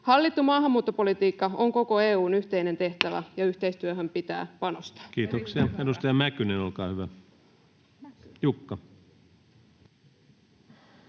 Hallittu maahanmuuttopolitiikka on koko EU:n yhteinen tehtävä, ja yhteistyöhön pitää panostaa. Kiitoksia. — Edustaja Mäkynen, Jukka,